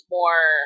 more